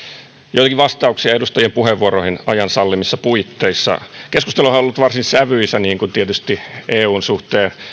joitakin vastauksia edustajien puheenvuoroihin ajan sallimissa puitteissa keskusteluhan on ollut varsin sävyisä niin kuin tietysti eun suhteen